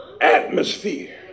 atmosphere